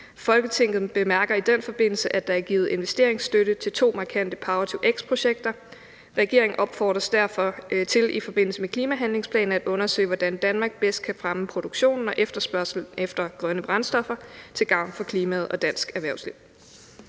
Folketinget bemærker i den forbindelse, at der er givet investeringsstøtte til to markante Power-to-X projekter. Regeringen opfordres derfor til i forbindelse med klimahandlingsplanen at undersøge, hvordan Danmark bedst kan fremme produktionen og efterspørgsel efter grønne brændstoffer til gavn for klimaet og dansk erhvervsliv.«